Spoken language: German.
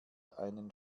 einen